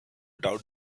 doubt